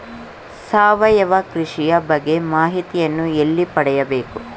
ಸಾವಯವ ಕೃಷಿಯ ಬಗ್ಗೆ ಮಾಹಿತಿಯನ್ನು ಎಲ್ಲಿ ಪಡೆಯಬೇಕು?